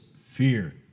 fear